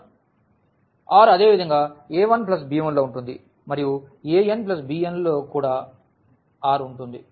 R అదేవిధంగా a1b1 లో ఉంటుంది మరియు anbn కూడా R లో ఉంటుంది